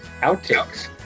outtakes